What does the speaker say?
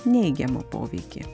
neigiamą poveikį